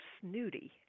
snooty